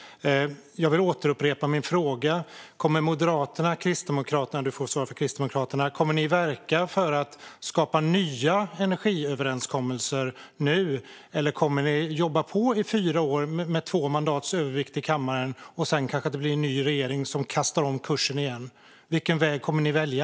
Jag vill upprepa min fråga. Kommer Kristdemokraterna att verka för att skapa nya energiöverenskommelser nu? Eller kommer ni att jobba på i fyra år med två mandats övervikt i kammaren, och sedan kanske det blir en ny regering som kastar om kursen igen? Vilken väg kommer ni att välja?